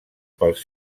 pels